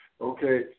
Okay